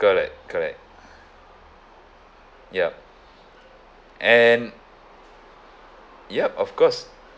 correct correct yup and yup of course